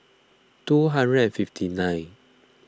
two hundred and fifty nine